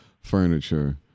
furniture